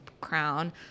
crown